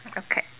okay